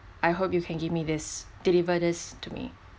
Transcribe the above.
I hope you can give me this deliver this to me